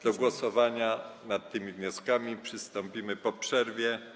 Do głosowania nad tymi wnioskami przystąpimy po przerwie.